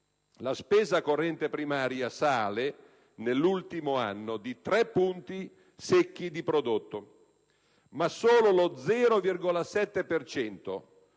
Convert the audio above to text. la spesa corrente primaria sale, nell'ultimo anno, di 3 punti secchi di prodotto, ma solo lo 0,7